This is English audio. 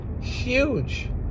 huge